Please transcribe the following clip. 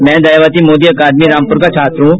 मैं दयावति मोदी अकादमी रामपुर का छात्र हूं